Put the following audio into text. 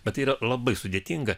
bet tai yra labai sudėtinga